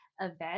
event